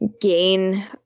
gain